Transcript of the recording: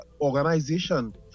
organization